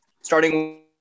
Starting